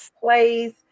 plays